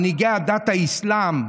מנהיגי דת האסלאם,